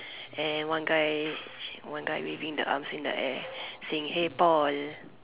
and one guy one guy waving the arms in the air saying hey Paul